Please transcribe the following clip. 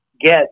get